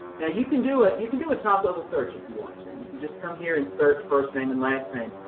now you can do it, you can do a top level search if you want to. you can just come here and search first name and last name,